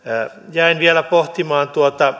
jäin vielä pohtimaan